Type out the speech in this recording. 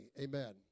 Amen